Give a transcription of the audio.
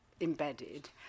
embedded